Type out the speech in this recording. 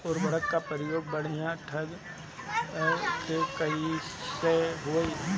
उर्वरक क प्रयोग बढ़िया ढंग से कईसे होई?